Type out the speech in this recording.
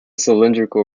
cylindrical